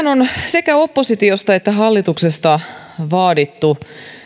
on sekä oppositiosta että hallituksesta vaadittu